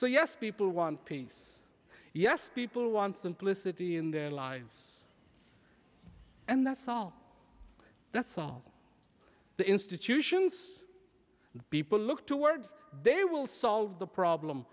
so yes people want peace yes people want simplicity in their lives and that's all that solving the institutions that people look towards they will solve the problem